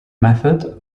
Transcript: method